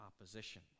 opposition